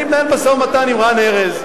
אני מנהל משא-ומתן עם רן ארז.